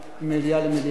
ממליאה למליאה.